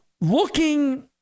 looking